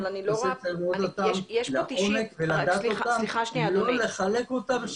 צריך ללמוד אותם לעומק ולדעת אותם,